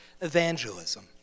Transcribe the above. evangelism